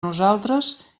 nosaltres